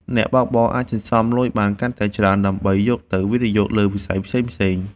អ្នកបើកបរអាចសន្សំលុយបានកាន់តែច្រើន ដើម្បីយកទៅវិនិយោគលើវិស័យផ្សេងៗ។